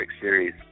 series